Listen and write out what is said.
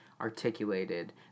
articulated